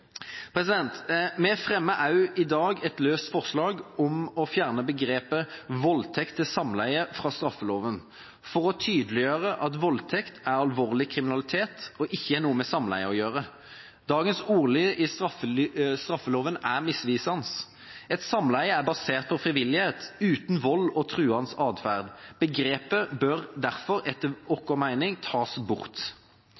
Vi fremmer også i dag et løst forslag om å fjerne begrepet «voldtekt til samleie» fra straffeloven, for å tydeliggjøre at voldtekt er alvorlig kriminalitet og ikke har noe med samleie å gjøre. Dagens ordlyd i straffeloven er misvisende. Et samleie er basert på frivillighet, uten vold og truende atferd. Begrepet bør derfor etter